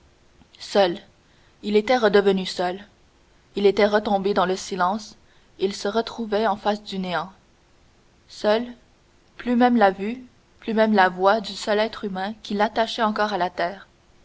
seul il était redevenu seul il était retombé dans le silence il se retrouvait en face du néant seul plus même la vue plus même la voix du seul être humain qui l'attachait encore à la terre